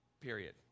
period